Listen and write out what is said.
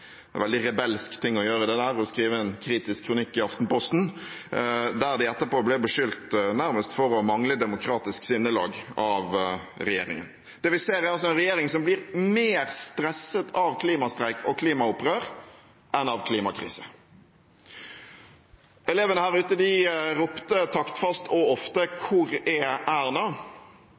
det er en veldig rebelsk ting å gjøre, å skrive en kritisk kronikk i Aftenposten. De ble av regjeringen etterpå beskyldt nærmest for å mangle demokratisk sinnelag. Det vi ser, er en regjering som blir mer stresset av klimastreik og klimaopprør enn av klimakrise. Elevene her ute ropte taktfast og ofte: Hvor er Erna?